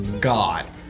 God